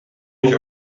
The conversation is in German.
mich